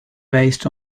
based